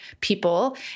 people